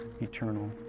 eternal